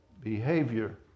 behavior